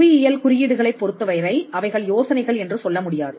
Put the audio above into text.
புவியியல் குறியீடுகளைப் பொருத்தவரை அவைகளை யோசனைகள் என்று சொல்ல முடியாது